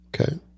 Okay